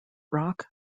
rock